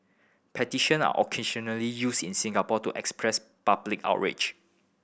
petition are occasionally used in Singapore to express public outrage